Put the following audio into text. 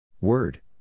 Word